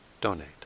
donate